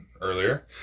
earlier